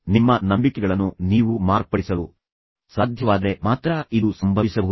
ನಿಮ್ಮ ನಂಬಿಕೆಗಳನ್ನು ನೀವು ಮಾರ್ಪಡಿಸಲು ಸಾಧ್ಯವಾದರೆ ಮಾತ್ರ ಇದು ಸಂಭವಿಸಬಹುದು